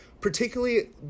particularly